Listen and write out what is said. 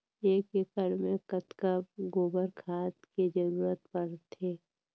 एक एकड़ मे कतका गोबर खाद के जरूरत पड़थे?